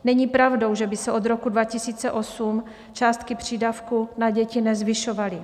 Není pravdou, že by se o od roku 2008 částky přídavků na děti nezvyšovaly.